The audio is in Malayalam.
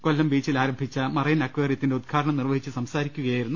കൊല്ലം ്രബീച്ചിൽ ആരംഭിച്ച മറൈൻ അക്വേറിയത്തിന്റെ ഉദ്ഘാടനം നിർവഹിച്ചു സംസാരിക്കുക യായിരുന്നു അവർ